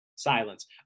silence